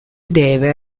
deve